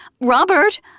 Robert